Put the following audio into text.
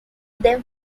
them